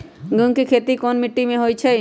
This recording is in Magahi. मूँग के खेती कौन मीटी मे होईछ?